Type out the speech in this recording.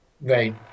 Right